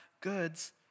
goods